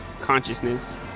consciousness